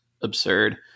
absurd